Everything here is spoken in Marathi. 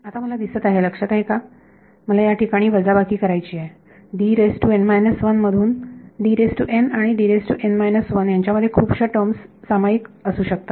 आता मला दिसत आहे लक्षात आहे का मला या ठिकाणी वजाबाकी करायची आहे मधून आणि यांच्यामध्ये खूपशा टर्म्स सामायिक असू शकतात